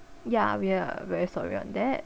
ya we are very sorry on that